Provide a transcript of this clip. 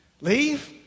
leave